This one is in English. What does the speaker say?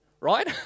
right